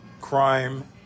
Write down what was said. crime